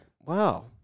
Wow